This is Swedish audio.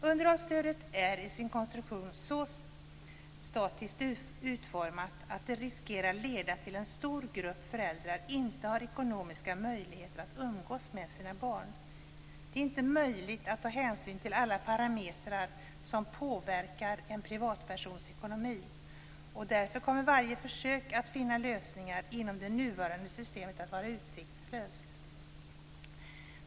Underhållsstödet är i sin konstruktion så statiskt utformat att det riskerar att leda till att en stor grupp föräldrar inte har ekonomiska möjligheter att umgås med sina barn. Det är inte möjligt att ta hänsyn till alla parametrar som påverkar en privatpersons ekonomi, och därför kommer varje försök att finna lösningar inom det nuvarande systemet att vara utsiktslöst.